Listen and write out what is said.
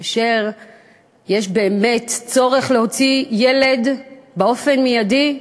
כאשר באמת יש צורך להוציא ילד באופן מיידי.